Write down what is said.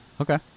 Okay